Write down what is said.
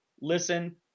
listen